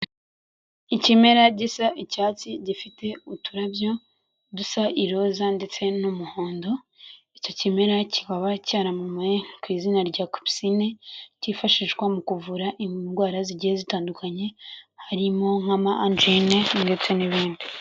Ikimera gisa icyatsi gifite uturabyo dusa i roza ndetse n'umuhondo, icyo kimera kikaba cyaramamaye ku izina rya capucine. Cyifashishwa mu kuvura indwara zigiye zitandukanye harimo nk'amanjine ndetse n'ibindi.